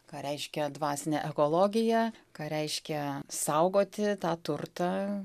ką reiškia dvasinė ekologija ką reiškia saugoti tą turtą